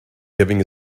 giving